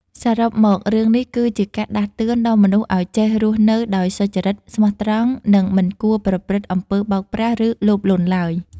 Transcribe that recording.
សរុបមករឿងនេះគឺជាការដាស់តឿនដល់មនុស្សឲ្យចេះរស់នៅដោយសុចរិត ស្មោះត្រង់ និងមិនគួរប្រព្រឹត្តអំពើបោកប្រាស់ឬលោភលន់ឡើយ។